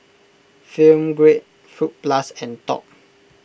Film Grade Fruit Plus and Top